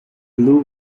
blue